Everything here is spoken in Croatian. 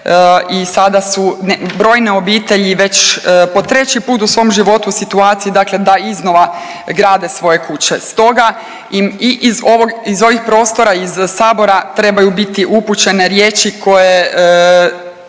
i sa su brojne obitelji već po treći put u svom životu u situaciji, dakle da iznova grade svoje kuće. Stoga im i iz ovih prostora iz Sabora trebaju biti upućene riječi koje